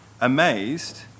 amazed